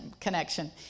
connection